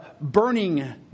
burning